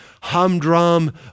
humdrum